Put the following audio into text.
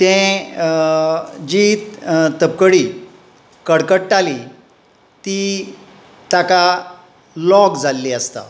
तें जी तपकडी कडकडटाली ती ताका लॉक जाल्ली आसता